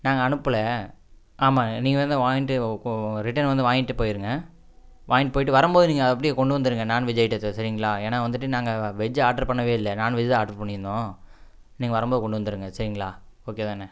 நாங்கள் அனுப்புல ஆமாங்க நீங்கள் வந்து வாங்கிட்டு ரிட்டர்ன் வந்து வாங்கிட்டு போயிடுங்க வாங்கிட்டு போயிட்டு வரும்போது நீங்கள் அப்டி கொண்டு வந்துருங்க நாண்வெஜ்ஜு ஐட்டத்தை சரிங்களா ஏன்னால் வந்துட்டு நாங்கள் வெஜ்ஜு ஆட்ரு பண்ணவே இல்லை நாண்வெஜ்ஜு தான் ஆட்ரு பண்ணியிருந்தோம் நீங்க வரும் போது கொண்டு வந்துடுங்க சரிங்களா ஓகே தானே